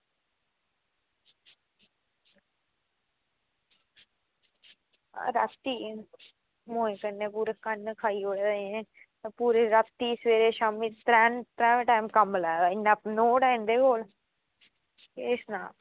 ते रातीं मोए कन्नै कन्न खाई ओड़े इनें पूरी रातीं सबैह्रे शामीं त्रैंऽ टाैम कम्म लाए दा इन्ना नोट ऐ इंदे कोल केह् सनांऽ